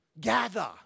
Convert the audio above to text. gather